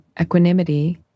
equanimity